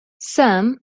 سام